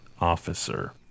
officer